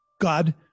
God